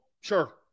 Sure